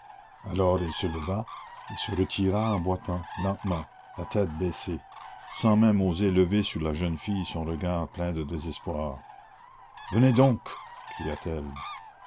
alors il se leva et se retira en boitant lentement la tête baissée sans même oser lever sur la jeune fille son regard plein de désespoir venez donc cria-t-elle